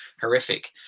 horrific